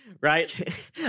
right